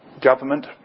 government